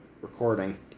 recording